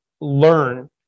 learn